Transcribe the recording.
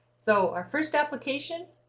so our first application